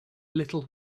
little